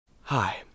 Hi